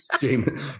James